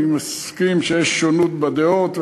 אני מסכים שיש שונות בדעות.